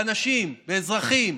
באנשים, באזרחים,